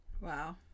Wow